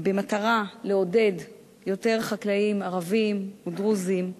ובמטרה לעודד יותר חקלאים ערבים ודרוזים,